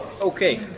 Okay